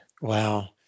Wow